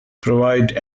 provide